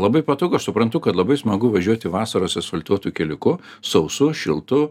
labai patogu aš suprantu kad labai smagu važiuoti vasaros asfaltuotu keliuku sausu šiltu